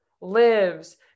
lives